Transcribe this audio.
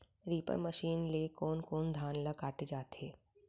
Reaper machine ले कोन कोन धान ल काटे जाथे?